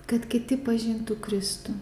kad kiti pažintų kristų